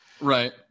Right